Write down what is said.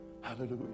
Hallelujah